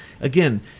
again